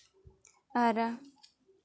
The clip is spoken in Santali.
ᱟᱨ